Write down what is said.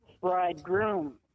bridegroom